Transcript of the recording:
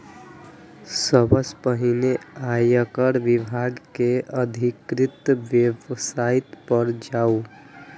सबसं पहिने आयकर विभाग के अधिकृत वेबसाइट पर जाउ